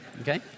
okay